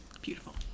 Beautiful